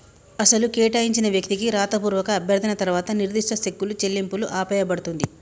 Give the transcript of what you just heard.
అసలు కేటాయించిన వ్యక్తికి రాతపూర్వక అభ్యర్థన తర్వాత నిర్దిష్ట సెక్కులు చెల్లింపులు ఆపేయబడుతుంది